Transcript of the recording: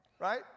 Right